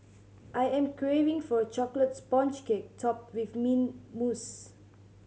I am craving for a chocolate sponge cake topped with mint mousse